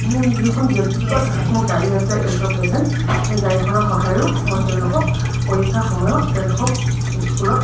মোৰ নিজে এখন ব্যক্তিগত মোৰ গাড়ী আছে এল্ট' কে টেন সেই গাড়ীখনৰ সহায়েৰেও মই তেওঁলোকক পৰীক্ষা সময়ত তেওঁলোকক স্কুলত